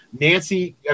Nancy